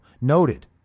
noted